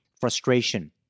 frustration